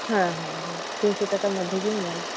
ᱦᱮᱸ ᱦᱮᱸ ᱛᱤᱱ ᱥᱚ ᱴᱟᱠᱟᱨ ᱢᱚᱫᱽᱫᱷᱮ ᱜᱮᱢ ᱧᱟᱢᱟ